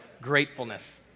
gratefulness